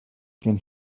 can